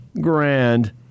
grand